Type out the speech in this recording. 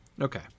Okay